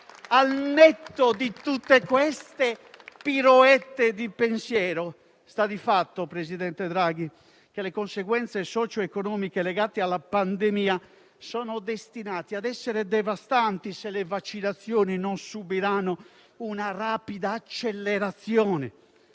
Al netto di tutte queste piroette di pensiero, però, signor presidente Draghi, sta di fatto che le conseguenze socio-economiche legate alla pandemia sono destinate a essere devastanti, se le vaccinazioni non subiranno una rapida accelerazione